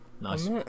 Nice